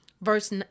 verse